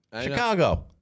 Chicago